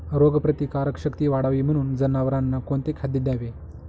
रोगप्रतिकारक शक्ती वाढावी म्हणून जनावरांना कोणते खाद्य द्यावे?